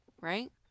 right